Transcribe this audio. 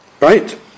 right